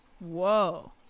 Whoa